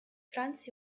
franz